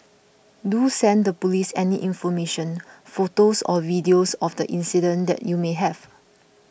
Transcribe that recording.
do send the police any information photos or videos of the incident that you may have